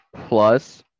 plus